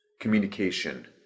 communication